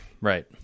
Right